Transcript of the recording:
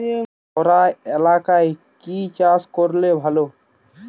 খরা এলাকায় কি চাষ করলে ভালো?